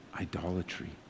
Idolatry